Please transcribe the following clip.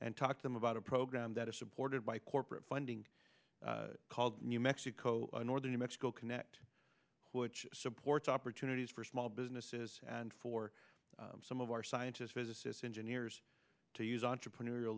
and talk to them about a program that is supported by corporate funding called new mexico northern new mexico connect which supports opportunities for small businesses and for some of our scientists physicists engineers to use entrepreneurial